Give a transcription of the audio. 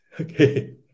Okay